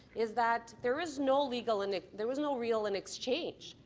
is that there is no legal and there is no real and exchange,